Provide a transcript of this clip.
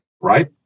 right